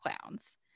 clowns